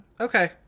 Okay